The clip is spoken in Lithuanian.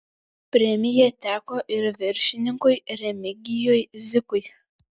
premija teko ir viršininkui remigijui zykui